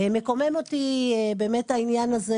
מקומם אותי באמת העניין הזה